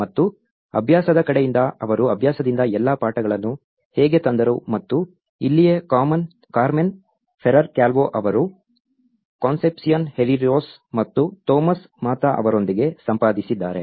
ಮತ್ತು ಅಭ್ಯಾಸದ ಕಡೆಯಿಂದ ಅವರು ಅಭ್ಯಾಸದಿಂದ ಎಲ್ಲಾ ಪಾಠಗಳನ್ನು ಹೇಗೆ ತಂದರು ಮತ್ತು ಇಲ್ಲಿಯೇ ಕಾರ್ಮೆನ್ ಫೆರರ್ ಕ್ಯಾಲ್ವೊ ಅವರು ಕಾನ್ಸೆಪ್ಸಿಯಾನ್ ಹೆರೆರೋಸ್Concepción Herreros ಮತ್ತು ತೋಮಸ್ ಮಾತಾ ಅವರೊಂದಿಗೆ ಸಂಪಾದಿಸಿದ್ದಾರೆ